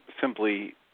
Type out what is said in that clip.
simply –